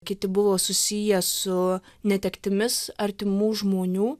kiti buvo susiję su netektimis artimų žmonių